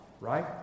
Right